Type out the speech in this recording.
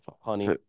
honey